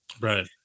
Right